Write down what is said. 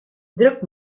druk